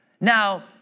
Now